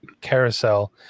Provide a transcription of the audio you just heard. Carousel